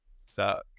suck